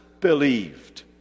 believed